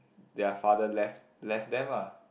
their father left left them ah